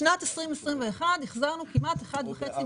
בשנת 2021 החזרנו כמעט מיליארד וחצי